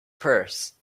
purse